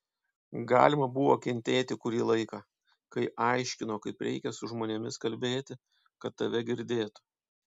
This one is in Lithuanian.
galima buvo kentėt kurį laiką kai aiškino kaip reikia su žmonėms kalbėti kad tave girdėtų